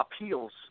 appeals